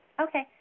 Okay